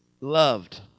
loved